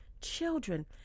Children